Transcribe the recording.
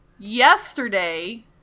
yesterday